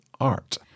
art